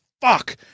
fuck